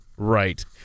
right